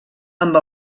amb